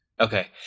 Okay